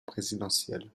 présidentielle